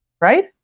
right